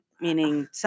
meaning